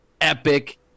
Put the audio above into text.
epic